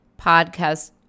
podcast